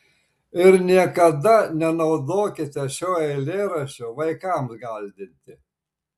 ir niekada nenaudokite šio eilėraščio vaikams gąsdinti